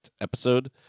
episode